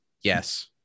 yes